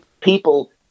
People